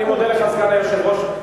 סגן היושב-ראש,